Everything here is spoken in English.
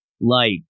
light